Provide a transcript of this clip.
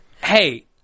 Hey